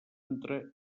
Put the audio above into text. entre